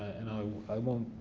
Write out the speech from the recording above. and i i won't,